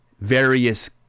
various